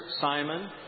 Simon